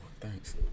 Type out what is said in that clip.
thanks